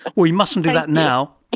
we mustn't do that now.